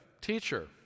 Teacher